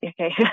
okay